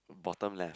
bottom left